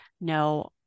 no